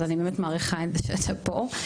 אז אני באמת מעריכה את זה שאתה פה.